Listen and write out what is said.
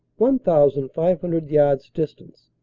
one thousand five hundred yards distant,